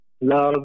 love